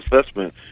assessment